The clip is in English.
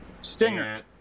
Stinger